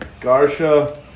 Garsha